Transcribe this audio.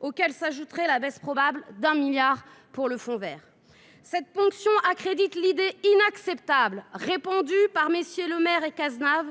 auxquelles s’ajouterait la baisse probable de 1 milliard d’euros des crédits du fonds vert. Cette ponction accrédite l’idée inacceptable répandue par MM. Le Maire et Cazenave